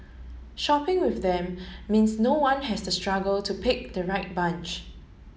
shopping with them means no one has to struggle to pick the right bunch